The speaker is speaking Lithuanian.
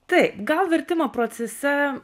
tai gal vertimo procese